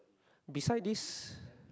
beside this